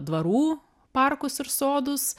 dvarų parkus ir sodus